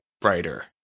brighter